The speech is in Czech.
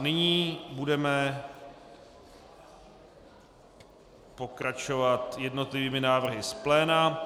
Nyní budeme pokračovat jednotlivými návrhy z pléna.